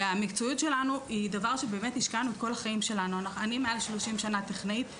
אני מעל 30 שנה טכנאית אולטרסאונד.